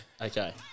Okay